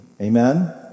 Amen